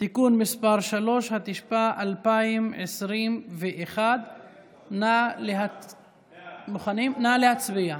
(תיקון מס' 3), התשפ"א 2021. נא להצביע.